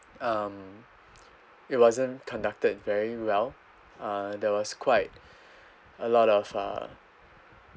um it wasn't conducted very well uh there was quite a lot of uh